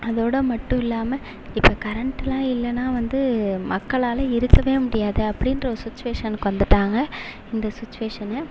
அதோடு மட்டும் இல்லாமல் இப்போ கரெண்ட்டுலாம் இல்லைனா வந்து மக்களால் இருக்கவே முடியாது அப்படின்ற சுச்சுவேஷனுக்கு வந்துட்டாங்க இந்த சுச்சுவேஷனு